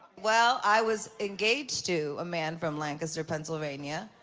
well, i was engaged to a man from lancaster, pennsylvania.